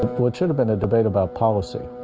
what should have been a debate about policy.